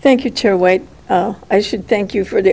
thank you chair way i should thank you for the